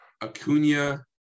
Acuna